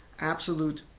absolute